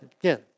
Again